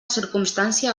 circumstància